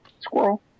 squirrel